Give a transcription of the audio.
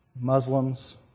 Muslims